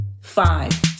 Five